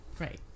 right